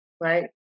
right